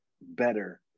better